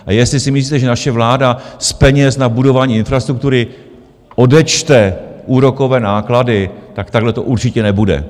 A jestli si myslíte, že naše vláda z peněz na budování infrastruktury odečte úrokové náklady, tak takhle to určitě nebude.